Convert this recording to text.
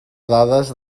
dades